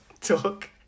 talk